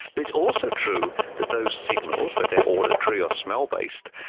but it's also true that those signals, whether they're auditory or smell based,